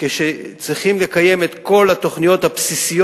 כאשר צריכים לקיים את כל התוכניות הבסיסיות